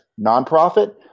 nonprofit